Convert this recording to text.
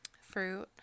Fruit